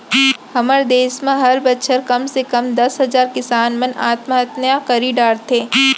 हमर देस म हर बछर कम से कम दस हजार किसान मन आत्महत्या करी डरथे